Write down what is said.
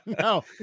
No